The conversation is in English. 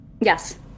Yes